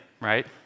right